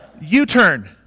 U-turn